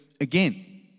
again